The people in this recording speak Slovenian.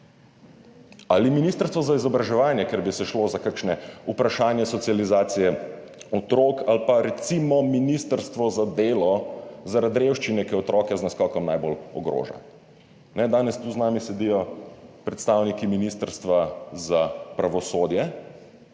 ali ministrstvo za izobraževanje, ker bi šlo za kakšno vprašanje socializacije otrok, ali pa recimo ministrstvo za delo zaradi revščine, ki otroke z naskokom najbolj ogroža. Danes tu z nami sedijo predstavniki Ministrstva za pravosodje,